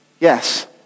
Yes